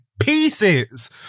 pieces